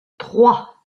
trois